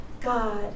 God